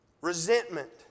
Resentment